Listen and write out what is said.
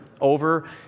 over